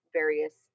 various